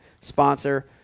sponsor